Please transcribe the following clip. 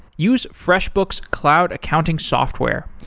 use freshbooks cloud accounting software.